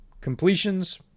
Completions